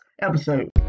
episode